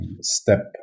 step